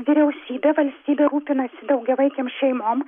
vyriausybė valstybė rūpinasi daugiavaikėm šeimom